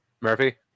Murphy